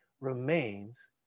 remains